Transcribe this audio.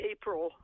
April